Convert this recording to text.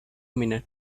minute